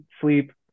sleep